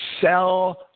sell